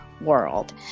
world